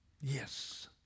yes